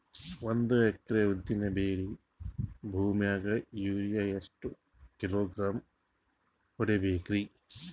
ಒಂದ್ ಎಕರಿ ಉದ್ದಿನ ಬೇಳಿ ಭೂಮಿಗ ಯೋರಿಯ ಎಷ್ಟ ಕಿಲೋಗ್ರಾಂ ಹೊಡೀಬೇಕ್ರಿ?